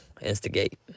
Instigate